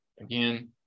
Again